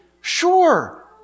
sure